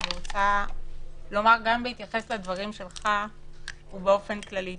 אני רוצה להתייחס לדברים שלך וגם באופן כללי.